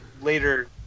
later